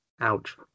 ouch